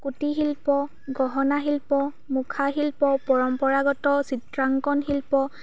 কুটীৰ শিল্প গহনা শিল্প মুখা শিল্প পৰম্পৰাগত চিত্ৰাংকন শিল্প